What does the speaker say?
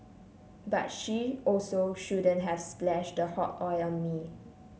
but she also shouldn't have splashed the hot oil on me